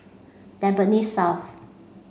Tampines South